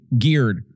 geared